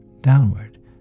downward